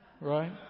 Right